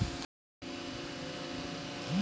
कद्दू के बीज चपटे और सफेद बीज पोषण का पावरहाउस हैं